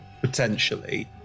Potentially